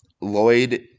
Lloyd